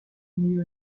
knew